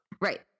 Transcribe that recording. Right